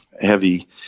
heavy